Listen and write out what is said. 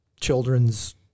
children's